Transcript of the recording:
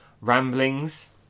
ramblings